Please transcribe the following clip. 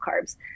carbs